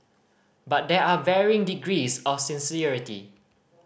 but there are varying degrees of sincerity